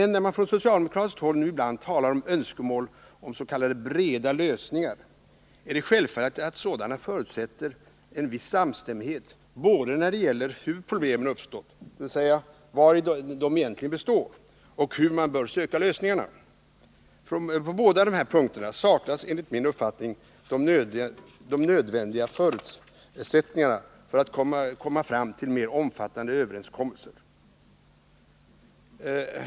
När man från socialdemokratiskt håll nu ibland framför önskemål om s.k. breda lösningar, är det självfallet att sådana förutsätter en viss samstämmighet både när det gäller hur problemen uppstått — dvs. vari dessa egentligen består — och hur man bör söka lösningarna. På båda dessa punkter saknas enligt min uppfattning de nödvändiga förutsättningarna för att komma till mera omfattande överenskommelser.